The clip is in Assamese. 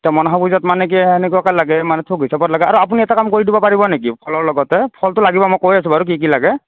তে মনসা পূজাত মানে কি এনেকুৱাকে লাগে মানে থোক হিচাপত লাগে আৰু আপুনি এটা কাম কৰি দিব পাৰিব নেকি কলৰ লগতে ফলটো লাগিব মই কৈ আছোঁ বাৰু কি কি লাগে